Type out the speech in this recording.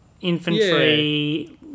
infantry